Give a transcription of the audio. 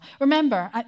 Remember